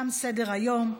תם סדר-היום.